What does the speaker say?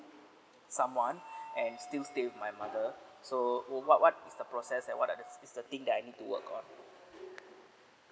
someone and still stay with my mother so what what is the process that what are the s~ is the thing that I need to work on